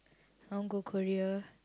I want go Korea